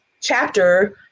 chapter